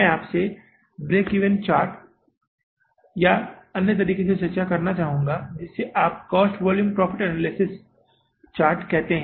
मैं आपसे break some chart या अन्य तरीके से चर्चा करना चाहूंगा जिसे आप cost volume profit analysis chart या कहते हैं